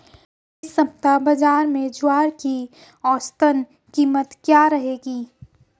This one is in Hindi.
इस सप्ताह बाज़ार में ज्वार की औसतन कीमत क्या रहेगी?